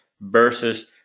versus